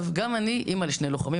גם אני אימא לשני לוחמים.